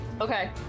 Okay